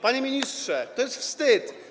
Panie ministrze, to jest wstyd.